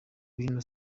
bino